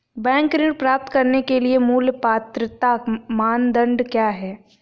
Bank ऋण प्राप्त करने के लिए मूल पात्रता मानदंड क्या हैं?